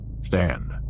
Stand